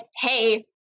Hey